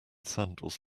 sandals